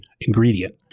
ingredient